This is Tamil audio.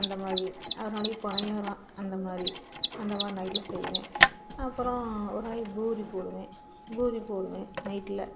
அந்த மாதிரி ஒரு நாளைக்கு பனியாரம் அந்த மாதிரி அந்த மாதிரி நைட்டில் செய்வேன் அப்புறம் ஒரு நாளைக்கு பூரி போடுவேன் பூரி போடுவேன் நைட்டில்